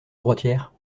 droitière